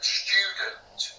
student